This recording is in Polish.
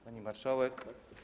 Pani Marszałek!